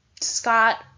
Scott